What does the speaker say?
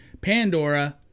Pandora